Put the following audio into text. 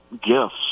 gifts